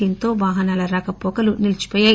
దీంతో వాహనాల రాకపోకలు నిలిచిపోయాయి